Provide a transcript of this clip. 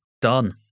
Done